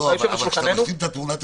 אבל כדי להשלים את התמונה,